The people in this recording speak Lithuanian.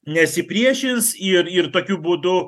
nesipriešins ir ir tokiu būdu